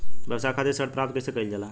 व्यवसाय खातिर ऋण प्राप्त कइसे कइल जाला?